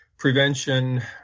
prevention